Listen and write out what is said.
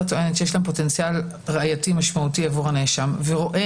טוענת שיש להם פוטנציאל ראייתי משמעותי עבור הנאשם ורואה